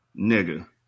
nigga